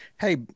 Hey